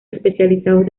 especializados